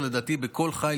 לדעתי בכל חיל,